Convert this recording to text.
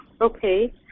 Okay